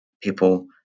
people